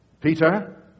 Peter